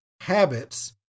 habits